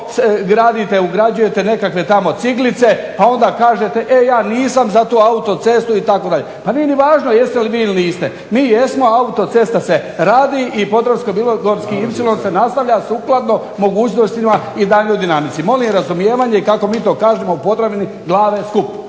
ugrađujete nekakve ciglice, e onda kažete ja nisam za takvu autocestu itd., nije važno jeste li vi ili niste. MI jesmo, autocesta se radi i Podravsko-bilogorski ipsilon se nastavlja sukladno mogućnostima i daljnjoj dinamici, molim razumijevanje i kako mi to kažemo u Podravini "glave skup".